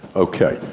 okay,